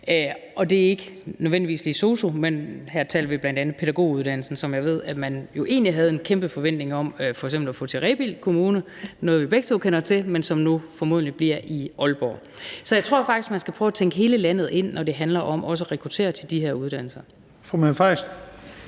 Det er ikke nødvendigvis sosu-uddannelsen, men vi taler her bl.a. om pædagoguddannelsen, som jeg ved at man jo egentlig havde en kæmpe forventning om f.eks. at få til Rebild Kommune – noget, vi begge to kender til – men som nu formodentlig bliver i Aalborg. Så jeg tror faktisk, at man skal prøve at tænke hele landet ind, også når det handler om at rekruttere til de her uddannelser. Kl. 15:09 Første